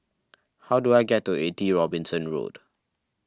how do I get to eighty Robinson Road